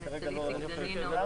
אני כרגע לא זוכר את כולן,